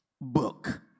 book